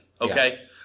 Okay